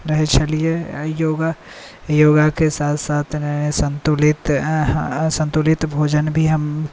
रहै छलिए योगा योगाके साथ साथ यानी सन्तुलित सन्तुलित भोजन भी हम